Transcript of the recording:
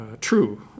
true